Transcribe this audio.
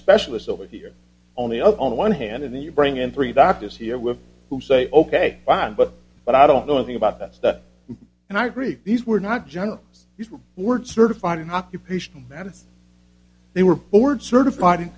specialist over only on the one hand and then you bring in three doctors here with who say ok fine but but i don't know anything about that stuff and i agree these were not general we were certified in occupational and if they were board certified in